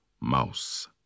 Mouse